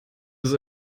ist